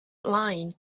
line